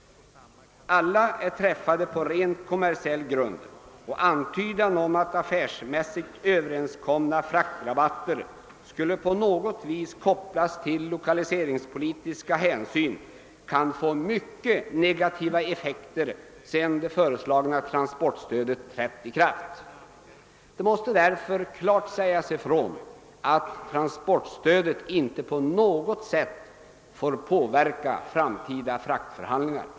Alla är träffade på rent kommersiell grund. Antydan om att affärsmässigt överenskomna fråktrabatter skulle på något vis kopplas till lokaliseringspolitiska hänsyn kan få mycket negativa effekter sedan det föreslagna transportstödet trätt i kraft. Det måste därför klart sägas ifrån att transportstödet inte på något sätt får påverka framtida fraktförhandlingar.